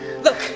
Look